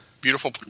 beautiful